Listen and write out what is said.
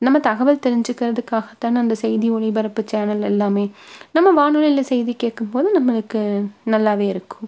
நம்ம தகவல் தெரிஞ்சுக்கிறதுக்காக தான அந்த செய்தி ஒளிபரப்பு சேனல் எல்லாமே நம்ம வானொலியில் செய்தி கேட்கும் போது நம்மளுக்கு நல்லாவே இருக்கும்